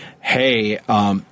hey